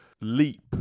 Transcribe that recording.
leap